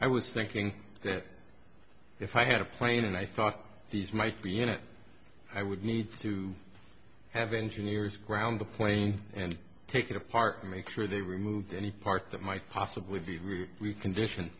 i was thinking that if i had a plane and i thought these might be in it i would need to have engineers ground the plane and take it apart make sure they removed any part that might possibly be removed we condition